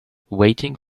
waiting